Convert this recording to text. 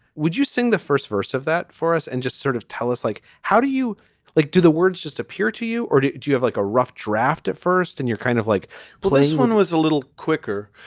would you sing the first verse of that for us and just sort of tell us, like, how do you like, do the words just appear to you? or do do you have like a rough draft at first and you're kind of like playing one was a little quicker,